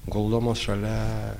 guldomos šalia